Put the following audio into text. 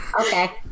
Okay